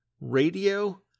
Radio